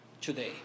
today